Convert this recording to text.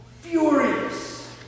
furious